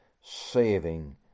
saving